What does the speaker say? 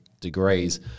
degrees